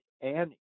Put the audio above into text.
Annie